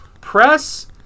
press